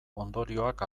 ondorioak